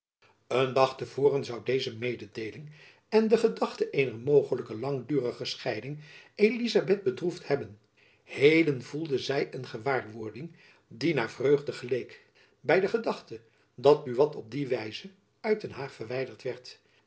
een dag te voren zoû deze mededeeling en de gedachte eener mogelijk langdurige scheiding elizabeth bedroefd hebben heden voelde zy een gewaarwording die naar vreugde geleek by de gedachte dat buat op die wijze uit den haag verwijderd werd